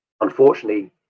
unfortunately